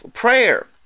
prayer